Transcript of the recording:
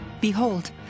Behold